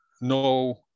no